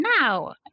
now